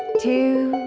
to